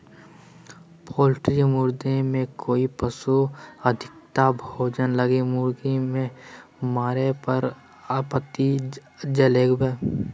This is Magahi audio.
पोल्ट्री मुद्दे में कई पशु अधिवक्ता भोजन लगी मुर्गी के मारे पर आपत्ति जतैल्कय